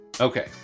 Okay